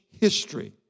history